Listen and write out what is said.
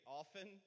often